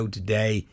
today